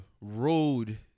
Road